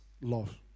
love